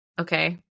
Okay